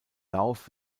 lauf